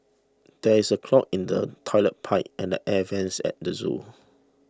there is a clog in the Toilet Pipe and the Air Vents at the zoo